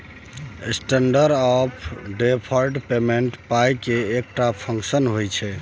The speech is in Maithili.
स्टेंडर्ड आँफ डेफर्ड पेमेंट पाइ केर एकटा फंक्शन होइ छै